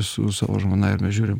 su savo žmona ir mes žiūrim